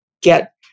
get